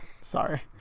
sorry